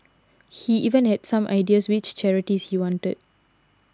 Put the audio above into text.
he even had some ideas which charities he wanted